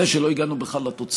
זה שלא הגענו לתוצאה,